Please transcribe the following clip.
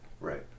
Right